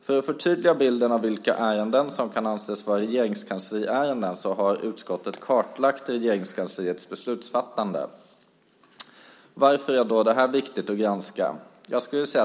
För att förtydliga bilden av vilka ärenden som kan anses vara regeringskansliärenden har utskottet kartlagt Regeringskansliets beslutsfattande. Varför är då detta viktigt att granska?